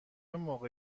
موقع